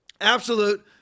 Absolute